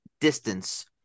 distance